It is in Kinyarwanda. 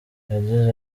yagize